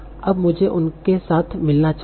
अब मुझे उनको साथ मिलाना चाहिए